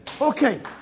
Okay